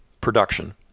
production